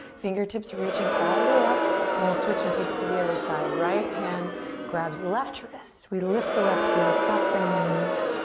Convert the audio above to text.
fingertips reaching all the way up and we'll switch it, take it to the other side. right hand grabs the left wrist. we lift the left heel, soft bend in the knees,